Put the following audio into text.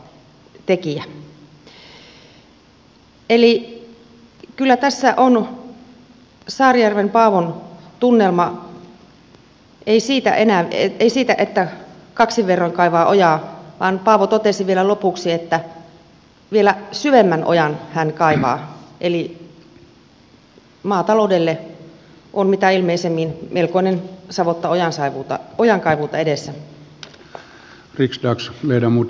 eli kyllä tässä on saarijärven paavon tunnelma ei siitä että kaksin verroin kaivaa ojaa vaan paavo totesi vielä lopuksi että vielä syvemmän ojan hän kaivaa eli maataloudelle on mitä ilmeisemmin melkoinen savotta ojankaivuuta edessä